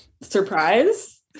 surprise